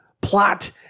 plot